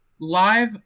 live